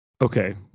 Okay